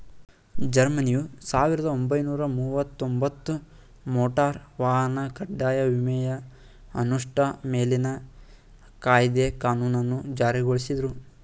ಜರ್ಮನಿಯು ಸಾವಿರದ ಒಂಬೈನೂರ ಮುವತ್ತಒಂಬತ್ತು ಮೋಟಾರ್ ವಾಹನ ಕಡ್ಡಾಯ ವಿಮೆಯ ಅನುಷ್ಠಾ ಮೇಲಿನ ಕಾಯ್ದೆ ಕಾನೂನನ್ನ ಜಾರಿಗೊಳಿಸುದ್ರು